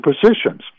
positions